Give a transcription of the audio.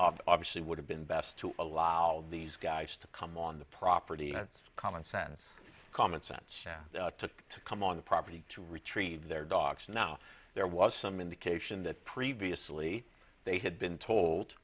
obviously would have been best to allow these guys to come on the property it's common sense common sense to to come on the property to retrieve their dogs now there was some indication that previously they had been told